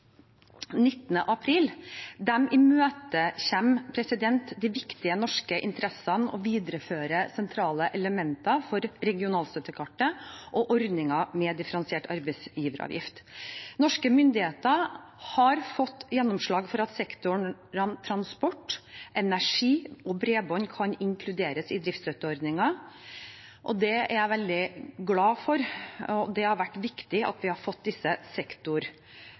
viktige norske interessene og viderefører sentrale elementer for regionalstøttekartet og ordningen med differensiert arbeidsgiveravgift. Norske myndigheter har fått gjennomslag for at sektorene transport, energi og bredbånd kan inkluderes i driftsstøtteordningen. Det er jeg veldig glad for. Det har vært viktig at vi har fått disse